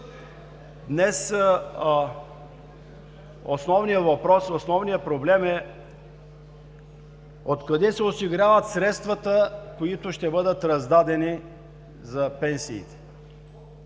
Основният въпрос днес, основният проблем е: откъде се осигуряват средствата, които ще бъдат раздадени за пенсии?